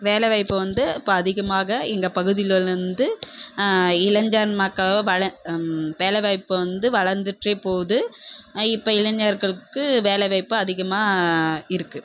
வேலை வாய்ப்பு வந்து இப்போ அதிகமாக எங்கள் பகுதிகளில் வந்து இளைஞர் மக்க வள வேலை வாய்ப்பு வந்து வளர்ந்துட்டேபோது இப்போ இளைஞர்களுக்கு வேலை வாய்ப்பு அதிகமாக இருக்கு